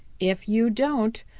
if you don't,